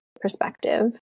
perspective